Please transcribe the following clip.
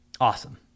Awesome